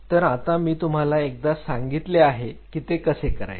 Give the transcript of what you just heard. तर आता मी तुम्हाला एकदा सांगितले आहे की ते कसे करायचे